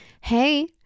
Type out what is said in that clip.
hey